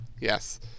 Yes